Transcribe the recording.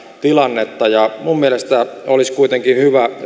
tilannetta minun mielestäni olisi kuitenkin hyvä